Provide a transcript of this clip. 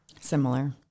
Similar